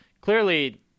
clearly